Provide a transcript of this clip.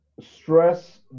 stress